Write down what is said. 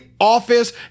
office